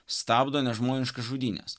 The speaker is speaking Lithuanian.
stabdo nežmoniškas žudynes